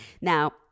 now